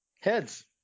Heads